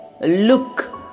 look